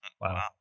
Wow